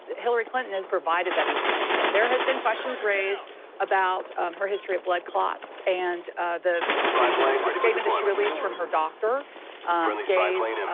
hillary clinton has provided that information. there has been questions raised about her history of blood clots and the the statement that she release from her doctor gave,